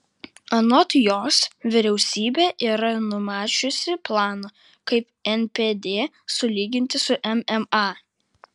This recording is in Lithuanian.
anot jos vyriausybė yra numačiusi planą kaip npd sulyginti su mma